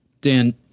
Dan